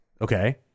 Okay